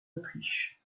autriche